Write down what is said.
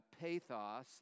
pathos